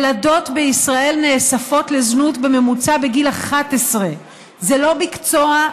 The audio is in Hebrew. ילדות בישראל נאספות לזנות בממוצע בגיל 11. זה לא מקצוע,